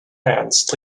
ants